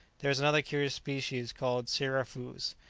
there is another curious species, called sirafoos,